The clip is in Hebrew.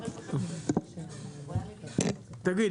תגיד,